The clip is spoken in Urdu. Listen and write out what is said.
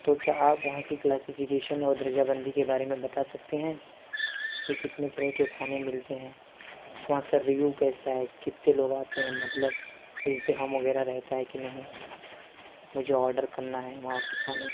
تو کیا آپ وہاں کی کلاسیفکیشن اور درجہ بندی کے بارے میں بتا سکتے ہیں کہ کتنے طرح کے کھانے ملتے ہیں وہاں کا ریوو کیسا ہے کتے لوگ آتے ہیں مطلب ازدحام وغیرہ رہتا ہے کہ نہیں مجھے آڈر کرنا ہے وہاں سے کھانے